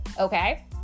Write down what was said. Okay